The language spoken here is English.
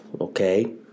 okay